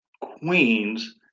Queens